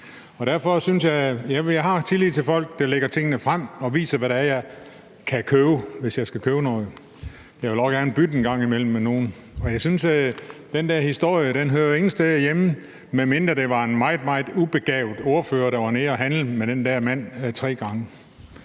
Derfor har jeg tillid til folk, der lægger tingene frem og viser, hvad det er, jeg kan købe, hvis jeg skal købe noget. Jeg vil også gerne bytte med nogle en gang imellem. Den der historie hører ingen steder hjemme, synes jeg, medmindre det var en meget, meget ubegavet ordfører, der var nede at handle med den der mand tre gange.